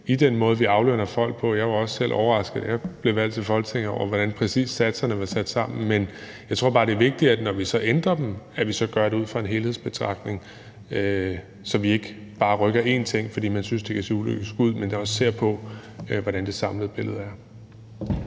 i den måde, vi aflønner folk på, som er overraskende. Jeg var også selv overrasket, da jeg blev valgt til Folketinget, over, hvordan præcis satserne var sat sammen. Men jeg tror bare, det er vigtigt, når vi så ændrer dem, at vi så gør det ud fra en helhedsbetragtning, så vi ikke bare rykker én ting, fordi man jeg synes, at det kan se uløst ud, men også ser på, hvordan det samlede billede er.